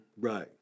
Right